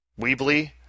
Weebly